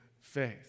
faith